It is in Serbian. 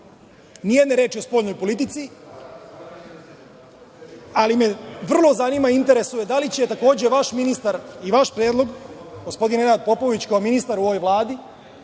nama. Nijedne reči o spoljnoj politici. Vrlo me zanima i interesuje – da li će takođe vaš ministar i vaš predlog gospodin Nenad Popović, kao ministar u ovoj Vladi,